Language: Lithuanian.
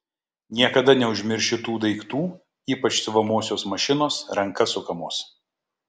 niekada neužmiršiu tų daiktų ypač siuvamosios mašinos ranka sukamos